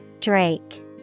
Drake